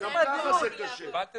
ננעלה